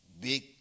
big